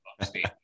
upstate